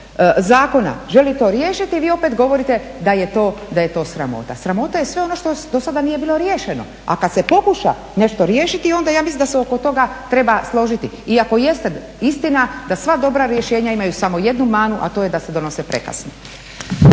zakona želi to riješiti vi opet govorite da je to sramota. Sramota je sve ono što dosada nije bilo riješeno, a kad se pokuša nešto riješiti onda ja mislim da se oko toga treba složiti. Iako jeste istina da sva dobra rješenja imaju samo jednu manu, a to je da se donose prekasno.